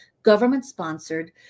government-sponsored